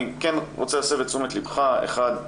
אני כן רוצה להסב את תשומת ליבך, אחת,